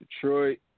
Detroit